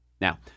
Now